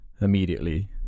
immediately